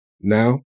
now